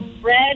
Red